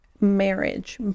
marriage